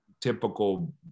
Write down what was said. typical